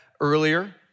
earlier